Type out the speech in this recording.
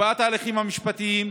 הקפאת ההליכים המשפטיים,